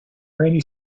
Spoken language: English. rainy